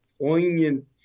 poignant